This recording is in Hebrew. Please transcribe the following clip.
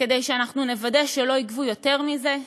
כדי שנוודא שלא יגבו יותר מזה.